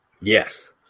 Yes